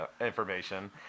information